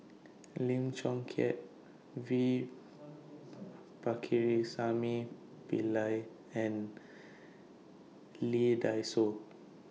Lim Chong Keat V Pakirisamy Pillai and Lee Dai Soh